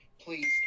please